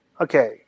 Okay